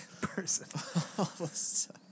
person